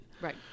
Right